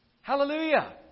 Hallelujah